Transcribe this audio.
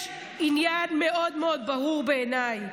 יש עניין מאוד ברור בעיניי: